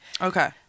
okay